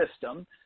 system